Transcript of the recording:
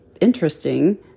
interesting